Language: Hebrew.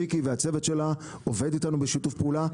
ריקי והצוות שלה עובד איתנו בשיתוף פעולה,